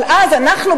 אבל אנחנו,